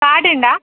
card ഉണ്ടോ